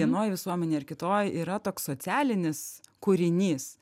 vienoj visuomenėj ar kitoj yra toks socialinis kūrinys